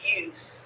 use